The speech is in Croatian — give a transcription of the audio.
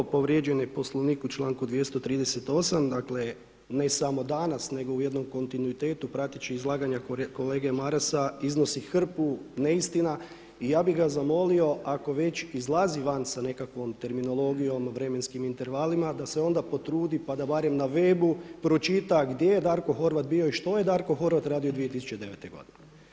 Povrijeđen je Poslovnik u članku 238. dakle ne samo danas nego u jednom kontinuitetu prateći izlaganja kolege Marasa iznosi hrpu neistina i ja bi ga zamolio ako već izlazi van sa nekakvom terminologijom vremenskim intervalima da se onda potrudi pa da barem na web-u pročita gdje je Darko Horvat bio i što je Darko Horvat radio 2009. godine.